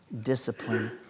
discipline